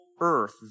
earth